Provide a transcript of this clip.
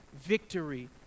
victory